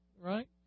right